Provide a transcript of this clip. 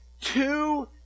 two